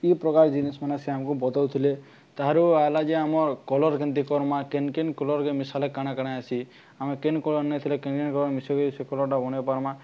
ଇ ପ୍ରକାର ଜିନିଷ୍ ମାନ ସିଏ ଆମକୁ ବତଉଥିଲେ ତାହାରୁ ହେଲା ଯେ ଆମର୍ କଲର୍ କେନ୍ତି କର୍ମା କେନ୍ କେନ୍ କଲର୍କେ ମିଶାଲେ କାଣା କାଣା ଆସି ଆମେ କେନ୍ କଲର୍ ନେଇଥିଲେ କେନ୍ କେନ୍ କଲର ମିଶେଇକି ସେ କଲର୍ଟା ବନେଇ ପାର୍ମା